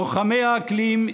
לוחמי האקלים,